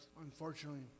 Unfortunately